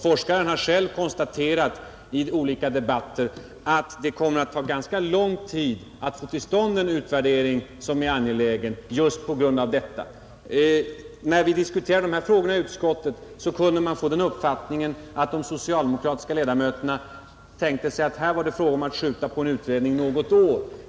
Forskaren har själv i olika debatter konstaterat att det kommer att ta ganska lång tid att få till stånd en utvärdering som är angelägen just på grund av detta förhållande. När vi diskuterade de här frågorna i utskottet kunde man få den uppfattningen, att de socialdemokratiska ledamöterna tänkte sig att det var fråga om att skjuta på en utredning något år.